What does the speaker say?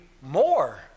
more